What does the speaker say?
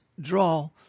draw